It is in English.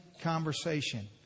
conversation